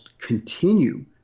continue